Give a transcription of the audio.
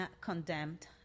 condemned